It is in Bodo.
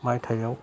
माइथायाव